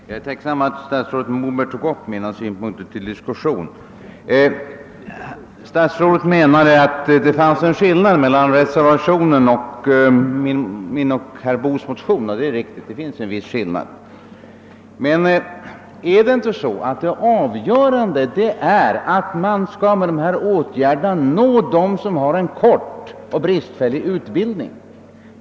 Herr talman! Jag är tacksam för att statsrådet Moberg tog upp mina synpunkter till diskussion. Statsrådet me nade att det fanns en viss skillnad mellan reservationen och herr Boos och min motion, och det är riktigt. Men är det inte så att det avgörande är att man med dessa åtgärder når dem som har en kort och bristfällig utbildning?